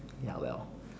ya well